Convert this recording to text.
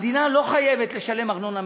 המדינה לא חייבת לשלם ארנונה מלאה,